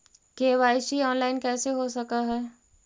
KYC online कैसे हो सक है?